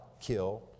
kill